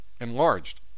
enlarged